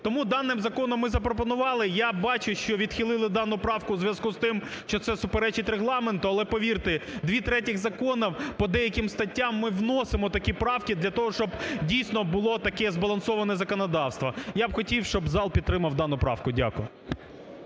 Тому даним законом ми запропонували. Я бачу, що відхилили дану правку в зв'язку з тим, що це суперечить Регламенту. Але, повірте, дві третіх закону по деяким статтям ми вносимо такі правки для того, щоб, дійсно, було таке збалансоване законодавство. Я б хотів, щоб зал підтримав дану правку. Дякую.